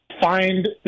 Find